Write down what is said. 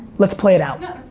let's play it out. no,